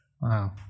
Wow